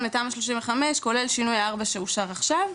לתמ"א 35 כולל שינוי 4 שאושר עכשיו,